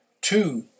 Two